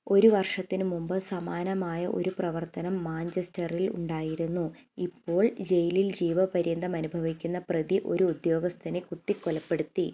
ഒരു വർഷത്തിന് മുമ്പ് സമാനമായ ഒരു പ്രവർത്തനം മാഞ്ചസ്റ്ററിൽ ഉണ്ടായിരുന്നു ഇപ്പോൾ ജെയിലിൽ ജീവപര്യന്തമനുഭവിക്കുന്ന പ്രതി ഒരു ഉദ്യോഗസ്ഥനെ കുത്തിക്കൊലപ്പെടുത്തി